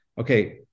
okay